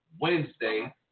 Wednesday